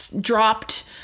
dropped